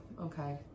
okay